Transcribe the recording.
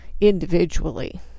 individually